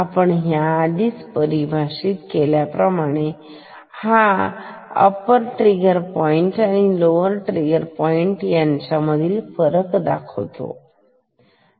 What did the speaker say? आपण याआधीच परिभाषित केल्याप्रमाणे हा अप्पर ट्रिगर पॉईंट आणि लोअर ट्रिगर पॉईंट यामधील फरक आहे